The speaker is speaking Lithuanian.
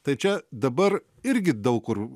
tai čia dabar irgi daug kur